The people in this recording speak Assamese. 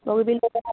বগীবিল দলং